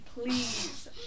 please